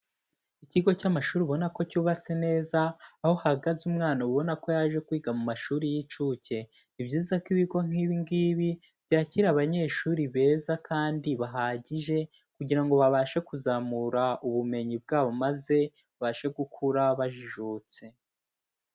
Ikigo cy'amashuri ubona ko cyubatse neza aho hahagaze umwana ubona ko yaje kwiga mu mashuri y'inshuke, ni byiza ko ibigo nk'ibi ngibi byakira abanyeshuri beza kandi bahagije kugira ngo babashe kuzamura ubumenyi bwabo, maze babashe gukura bajijutse.